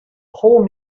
whole